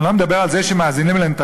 אני לא מדבר על זה שמאזינים לנתניהו,